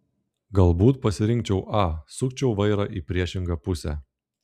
galbūt pasirinkčiau a sukčiau vairą į priešingą pusę